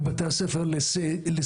ובבתי הספר לסיעוד.